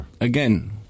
again